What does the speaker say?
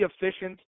efficient